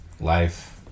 life